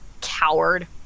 coward